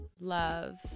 Love